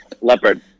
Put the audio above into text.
Leopard